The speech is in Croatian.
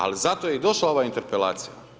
Ali zato je i došla ova interpelacija.